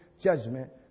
judgment